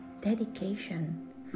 dedication